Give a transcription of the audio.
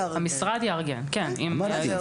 המשרד יארגן, כן, אם יוציא מכרז.